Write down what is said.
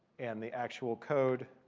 and the actual code